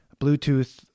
Bluetooth